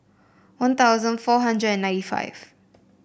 One Thousand four hundred and ninety five